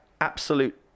absolute